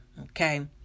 Okay